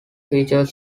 feature